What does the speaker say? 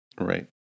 Right